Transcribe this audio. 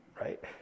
right